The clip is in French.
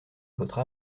votre